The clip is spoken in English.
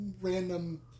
random